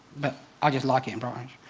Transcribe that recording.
but i just like it in bright orange.